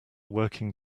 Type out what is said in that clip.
working